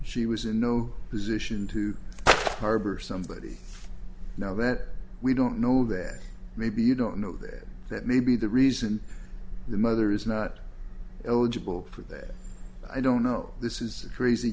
she was in no position to harbor somebody now that we don't know that maybe you don't know that that may be the reason the mother is not eligible for that i don't know this is